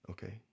Okay